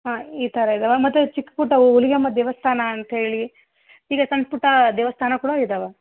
ಹಾಂ ಈ ಥರ ಇದ್ದಾವೆ ಮತ್ತು ಚಿಕ್ಕ ಪುಟ್ಟವು ಹುಲಿಗೆಮ್ಮ ದೇವಸ್ಥಾನ ಅಂತಹೇಳಿ ಹೀಗೆ ಸಣ್ಣ ಪುಟ್ಟ ದೇವಸ್ಥಾನ ಕೂಡ ಇದಾವೆ